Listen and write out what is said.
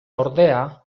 ordea